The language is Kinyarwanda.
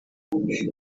ati